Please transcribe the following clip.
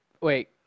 Wait